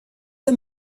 the